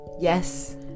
yes